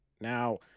Now